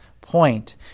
point